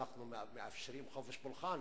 אנחנו מאפשרים חופש פולחן,